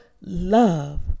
love